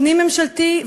פנים-ממשלתי,